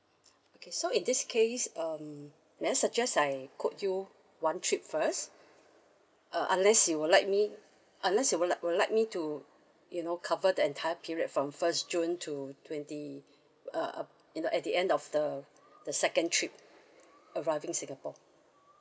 okay so in this case err may I suggest I quote you one trip first uh unless you would like me unless you would like would like me to you know cover the entire period from first june to twenty uh you know at the end of the the second trip arriving singapore